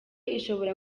ishobora